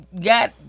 got